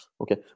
Okay